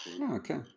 Okay